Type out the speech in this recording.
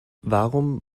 warum